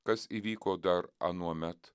kas įvyko dar anuomet